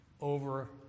over